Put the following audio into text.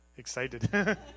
Excited